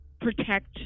protect